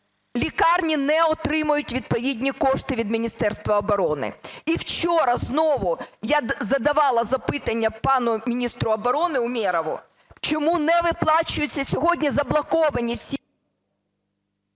лікарні не отримують відповідні кошти від Міністерства оборони? І вчора знову я задавала запитання пану міністру оборони Умєрову, чому не виплачуються, сьогодні заблоковані всі…